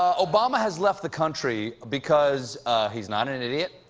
ah obama has left the country, because he's not an idiot,